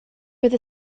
bydd